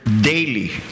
daily